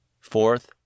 Fourth